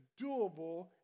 doable